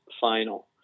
final